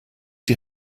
die